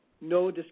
no